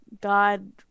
God